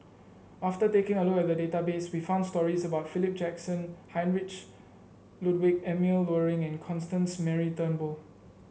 after taking a look at the database we found stories about Philip Jackson Heinrich Ludwig Emil Luering and Constance Mary Turnbull